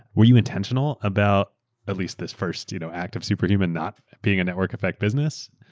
were you intentional about at least this first you know act of superhuman not being a network effect business?